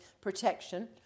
protection